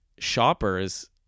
shoppers